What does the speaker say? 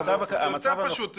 פשוט,